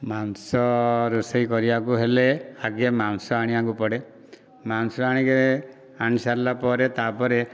ମାଂସ ରୋଷେଇ କରିବାକୁ ହେଲେ ଆଗ ମାଂସ ଆଣିବାକୁ ପଡ଼େ ମାଂସ ଆଣିକି ଆଣି ସାରିଲା ପରେ ତାପରେ